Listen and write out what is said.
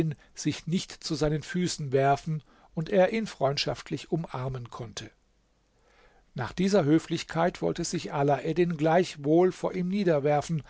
sich nicht zu seinen füßen werfen und er ihn freundschaftlich umarmen konnte nach dieser höflichkeit wollte sich alaeddin gleichwohl vor ihm niederwerfen